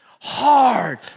Hard